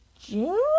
June